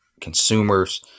consumers